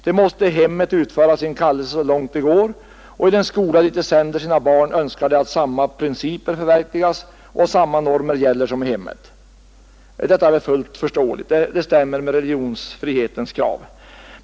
De måste i hemmet utföra sin kallelse så långt det går, och i den skola dit de sänder sina barn önskar de att samma principer skall förverkligas och samma normer gälla som i hemmet. Detta är fullt förståeligt. Det stämmer med religionsfrihetens krav.